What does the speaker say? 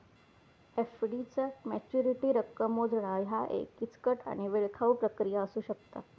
FD चा maturity रक्कम मोजणा ह्या एक किचकट आणि वेळखाऊ प्रक्रिया असू शकता